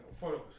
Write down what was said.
photos